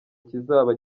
kizaba